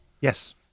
Yes